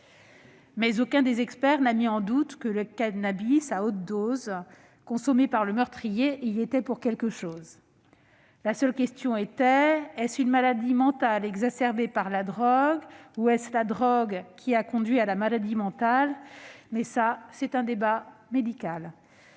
Mais aucun des experts n'a mis en doute le fait que le cannabis à haute dose consommé par le meurtrier y était pour quelque chose. La seule question était : une maladie mentale a-t-elle été exacerbée par la drogue ou est-ce la drogue qui a conduit à la maladie mentale ? Il s'agit là d'un débat